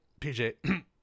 PJ